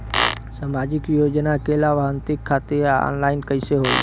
सामाजिक योजना क लाभान्वित खातिर ऑनलाइन कईसे होई?